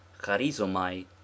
karizomai